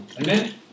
Amen